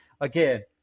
again